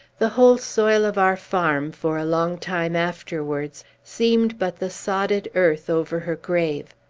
the whole soil of our farm, for a long time afterwards, seemed but the sodded earth over her grave.